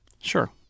Sure